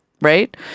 right